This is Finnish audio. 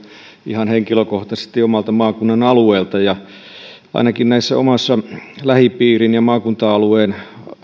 ihan henkilökohtaisesti omalta maakunnan alueelta ainakin näissä oman lähipiirin ja maakunta alueen